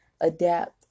adapt